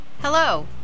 Hello